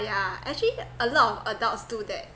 yeah actually a lot of adults do that